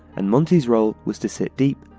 and monti's role was to sit deep,